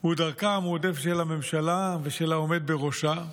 הוא דרכה המועדפת של הממשלה ושל העומד בראשה,